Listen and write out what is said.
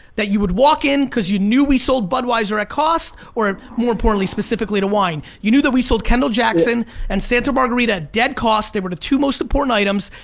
that you would walk in because you knew we sold budweiser at cost, cost, or more importantly, specifically to wine, you knew that we sold kendall-jackson and santa margherita at dead cost, they were the two most important items,